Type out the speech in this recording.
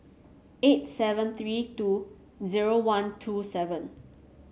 eight seven three two zero one two seven